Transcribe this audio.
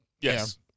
Yes